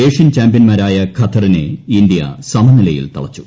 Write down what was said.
Asian ചാമ്പൃന്മാരായ ഖത്തറിനെ India സമനിലയിൽ തളച്ചു